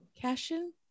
Cashin